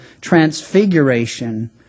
transfiguration